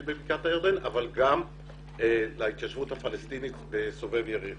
בבקעת הירדן אבל גם להתיישבות הפלסטינית בסובב יריחו.